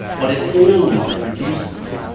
what it always produces